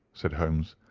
said holmes.